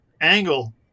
angle